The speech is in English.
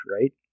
right